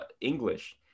English